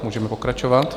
Můžeme pokračovat.